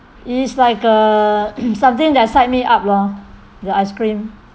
it is like a something that psych me up lor the ice cream